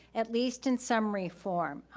at least in summary form,